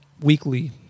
weekly